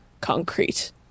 concrete